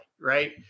Right